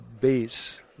base